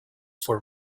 for